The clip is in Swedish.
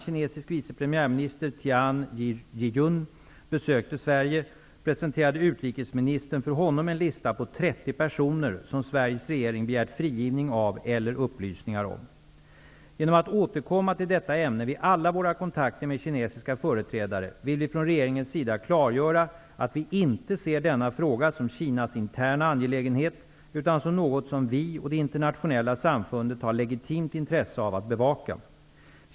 Tian Jiyun, besökte Sverige, presenterade utrikesministern för honom en lista på 30 personer som Sveriges regering begärt frigivning av eller upplysningar om. Genom att återkomma till detta ämne vid alla våra kontakter med kinesiska företrädare vill vi från regeringens sida klargöra, att vi inte ser denna fråga som Kinas interna angelägenhet utan som något som vi och det internationella samfundet har legitimt intresse av att bevaka.